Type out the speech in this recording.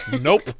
nope